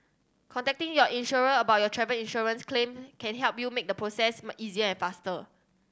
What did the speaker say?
contacting your insurer about your travel insurance claim can help you make the process easier and faster